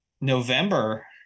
november